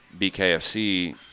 bkfc